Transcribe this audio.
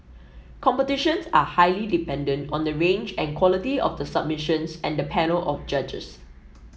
competitions are highly dependent on the range and quality of the submissions and the panel of judges